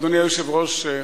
אדוני היושב-ראש,